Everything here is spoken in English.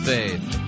Faith